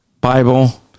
Bible